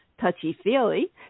touchy-feely